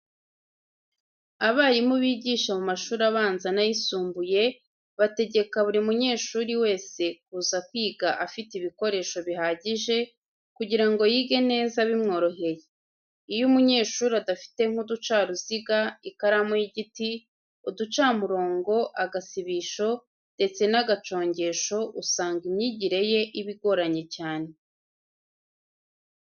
Abarimu bigisha mu mashuri abanza n'ayisumbuye bategeka buri munyeshuri wese kuza kwiga afite ibikoresho bihagije kugira ngo yige neza bimworoheye. Iyo umunyeshuri adafite nk'uducaruziga, ikaramu y'igiti, uducamurongo, agasibisho ndetse n'agacongesho, usanga imyigire ye iba igoranye cyane.